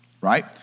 Right